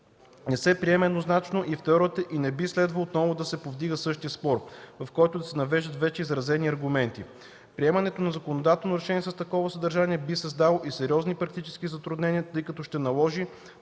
не се приема еднозначно и в теорията и не би следвало отново да се повдига същият спор, в който да се навеждат вече изразени аргументи. Приемането на законодателно решение с такова съдържание би създало и сериозни практически затруднения, тъй като ще наложи